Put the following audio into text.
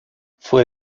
fue